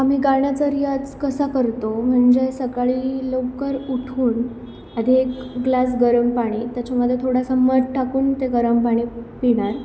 आम्ही गाण्याचा रियाज कसा करतो म्हणजे सकाळी लवकर उठून आधी एक ग्लास गरम पाणी त्याच्यामध्ये थोडासां मध टाकून ते गरम पाणी पि पिणार